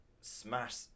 smash